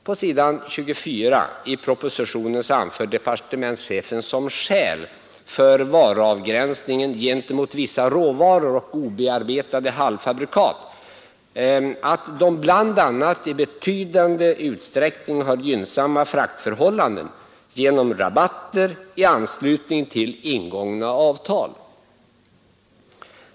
På s. 24 i propositionen anför departementschefen som skäl för varuavgränsningen gentemot vissa råvaror och obearbetade halvfabrikat att de bl.a. i betydande utsträckning har gynnsamma fraktförhållanden genom rabatter i anslutning till ingångna avtal.